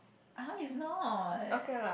how if not